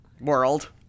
world